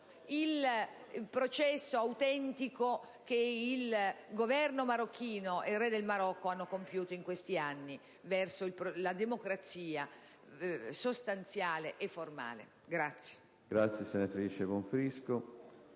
il processo autentico che il Governo marocchino e il Re del Marocco hanno compiuto in questi anni verso la democrazia sostanziale e formale.